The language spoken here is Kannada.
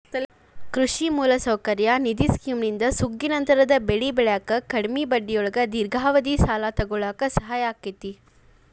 ಕೃಷಿ ಮೂಲಸೌಕರ್ಯ ನಿಧಿ ಸ್ಕಿಮ್ನಿಂದ ಸುಗ್ಗಿನಂತರದ ಬೆಳಿ ಬೆಳ್ಯಾಕ ಕಡಿಮಿ ಬಡ್ಡಿಯೊಳಗ ದೇರ್ಘಾವಧಿ ಸಾಲ ತೊಗೋಳಾಕ ಸಹಾಯ ಆಕ್ಕೆತಿ